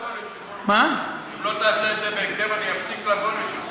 אם לא תעשה את זה בהקדם, אני אפסיק לבוא לשם.